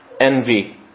Envy